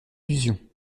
illusion